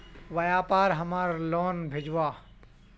व्यापार हमार लोन भेजुआ?